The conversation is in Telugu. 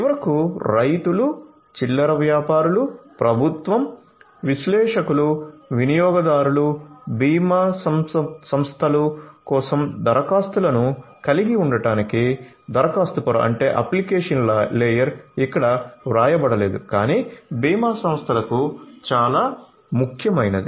చివరకు రైతులు చిల్లర వ్యాపారులు ప్రభుత్వం విశ్లేషకులు వినియోగదారులు భీమా సంస్థల కోసం దరఖాస్తులను కలిగి ఉండటానికి దరఖాస్తు పొర ఇక్కడ వ్రాయబడలేదు కాని భీమా సంస్థలకు చాలా ముఖ్యమైనది